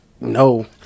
No